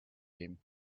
him